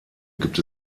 gibt